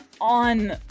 on